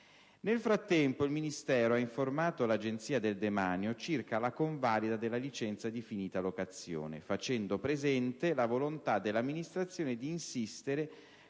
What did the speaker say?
Nel frattempo, il Ministero ha informato l'Agenzia del demanio circa la convalida della licenza di finita locazione, facendo presente la volontà dell'amministrazione di insistere